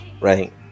right